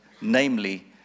namely